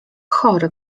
chory